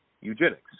eugenics